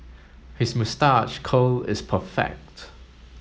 his moustache curl is perfect